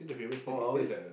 oh I always